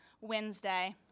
Wednesday